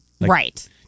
Right